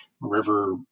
river